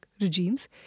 regimes